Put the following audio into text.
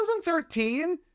2013